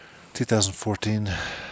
2014